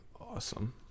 awesome